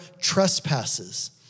trespasses